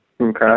Okay